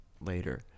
later